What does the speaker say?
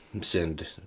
send